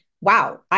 wow